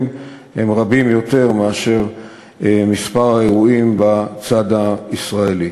הוא רב יותר מאשר מספר האירועים בצד הישראלי.